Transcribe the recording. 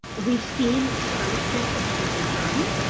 we have seen to some extent what can be done,